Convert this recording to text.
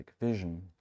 vision